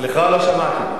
סליחה, לא שמעתי.